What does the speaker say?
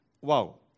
wow